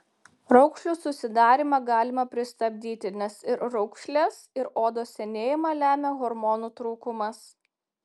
raukšlių susidarymą galima pristabdyti nes ir raukšles ir odos senėjimą lemia hormonų trūkumas